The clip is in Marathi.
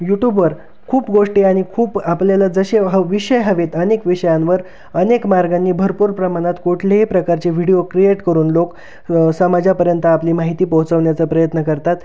यूटूबवर खूप गोष्टी आणि खूप आपल्याला जसे ह विषय हवेत अनेक विषयांवर अनेक मार्गांनी भरपूर प्रमाणात कोठलेही प्रकारचे व्हिडिओ क्रिएट करून लोक समाजापर्यंत आपली माहिती पोहचवण्याचा प्रयत्न करतात